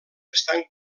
estan